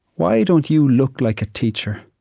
why don't you look like a teacher?